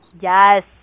Yes